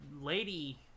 lady